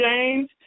James